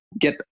get